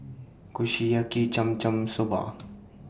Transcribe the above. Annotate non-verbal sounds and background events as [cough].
Kushiyaki Cham Cham Soba [noise]